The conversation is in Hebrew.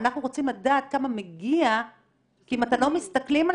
אנחנו רוצים לדעת כמה מגיע כי אם אתם לא מסתכלים על